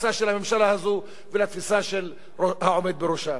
התפיסה של הממשלה הזאת ולתפיסה של העומד בראשה.